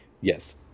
Yes